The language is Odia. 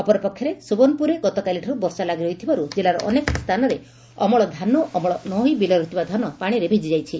ଅପରପକ୍ଷରେ ସୁବର୍ଷପୁରରେ ଗତକାଲିଠାରୁ ବର୍ଷା ଲାଗି ରହିଥିବାରୁ କିଲ୍ଲାର ଅନେକ ସ୍ଥାନରେ ଅମଳ ଓ ଅମଳ ନ ହୋଇ ବିଲରେ ଥିବା ଧାନ ପାଶିରେ ଭିଜିଯାଇଛି